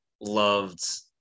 loved